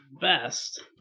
best